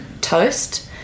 toast